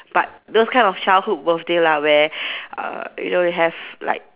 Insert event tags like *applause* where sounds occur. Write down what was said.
but those kind of childhood birthday lah where *breath* uh you know we have like